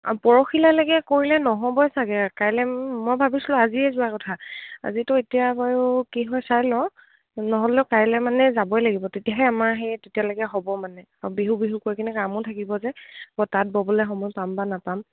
পৰশিলালেকে কৰিলে নহ'বই চাগে কাইলে মই ভাবিছিলোঁ আজিয়ে যোৱা কথা আজিিতো এতিয়া বাৰু কি হয় চাই ল নহ'লেও কাইলে মানে যাবই লাগিব তেতিয়াহে আমাৰ সেই তেতিয়ালৈকে হ'ব মানে আ বিহু বিহু কৈ কিনে কামো থাকিব যে ব তাত ব'বলে সমহ পাম বা নাপাম